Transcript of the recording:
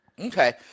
Okay